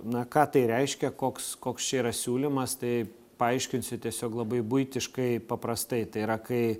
na ką tai reiškia koks koks čia yra siūlymas tai paaiškinsiu tiesiog labai buitiškai paprastai tai yra kai